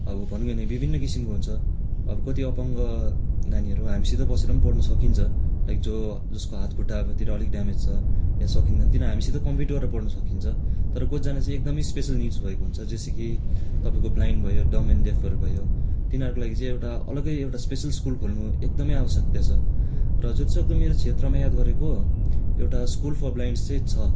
अब भनौँ नै भने विभिन्न किसिमको हुन्छ अब कति अपाङ्ग नानीहरू हामीसित बसेर पनि पढ्नु सकिन्छ लाइक जो जसको हात खुट्टाहरूतिर अलिक ड्यामेज छ या सकिन्दैन तिनीहरू हामीसित कम्पिट गरेर पढ्नु सकिन्छ तर कतिजना चाहिँ एकदमै स्पेसल निड्स भएको हुन्छ जस्तो कि तपाईँको ब्लाइन्ड भयो डम्ब एन्ड डेफहरू भयो तिनीहरूको लागि चाहिँ एउटा अलग्गै एउटा स्पेस्ल स्कुल खोल्नु एकदमै अवश्यकता छ र जति सक्दो मेरो क्षेत्रमा याद गरेको एउटा स्कुल फर ब्लाइन्डस् चाहिँ छ